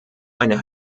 ein